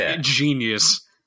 genius